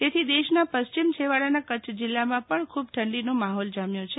તેથી દ્વેશના પશ્ચિમ છેવાડાના કચ્છ જીલ્લામાં પણ ખુબ ઠંડીનો માહોલ જામ્યો છે